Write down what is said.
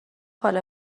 حالا